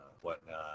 whatnot